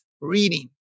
reading